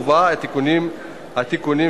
ובה התיקונים שלהלן.